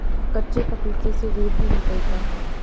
कच्चे पपीते से दूध भी निकलता है